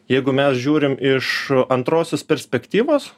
jeigu mes žiūrim iš antrosios perspektyvos